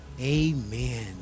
Amen